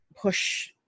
push